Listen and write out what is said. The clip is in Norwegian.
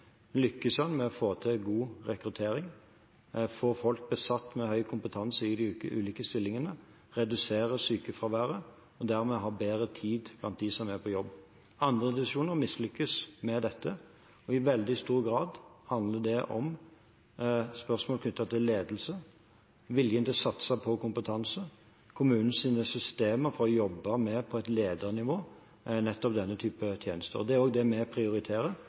lykkes man med å få til god rekruttering, få folk med høy kompetanse besatt i de ulike stillingene, redusere sykefraværet, slik at de som er på jobb, dermed har bedre tid, mens andre institusjoner mislykkes med dette. I veldig stor grad handler det om spørsmål knyttet til ledelse, viljen til å satse på kompetanse, og kommunenes systemer for å jobbe mer på et ledernivå er nettopp denne typen tjenester. Det er nettopp det vi prioriterer,